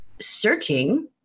searching